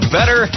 Better